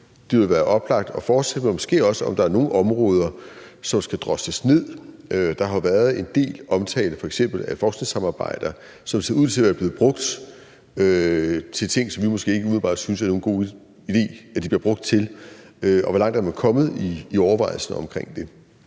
det ville være oplagt at fortsætte på, og måske også, om der er nogle områder, som skal drosles ned. Der har været en del omtale af f.eks. forskningssamarbejder, som ser ud til at være blevet brugt til ting, som vi måske umiddelbart ikke synes det er nogen god idé de bliver brugt til. Og hvor langt er man kommet i overvejelserne omkring det?